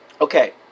Okay